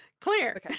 Clear